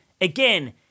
again